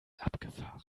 abgefahren